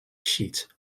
sheet